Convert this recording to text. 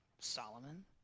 Solomon